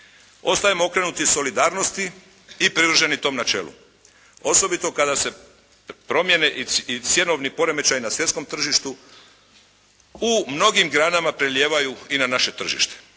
Ostajemo okrenuti solidarnosti i privrženi tom načelu. Osobito kada se promijene i cjenovni poremećaji na svjetskom tržištu u mnogim granama prelijevaju i na naše tržište.